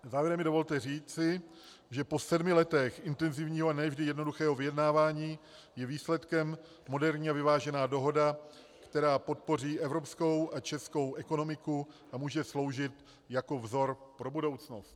Závěrem mi dovolte říci, že po sedmi letech intenzivního a ne vždy jednoduchého vyjednávání je výsledkem moderní a vyvážená dohoda, která podpoří evropskou a českou ekonomiku a může sloužit jako vzor pro budoucnost.